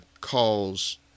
cause